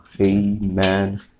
amen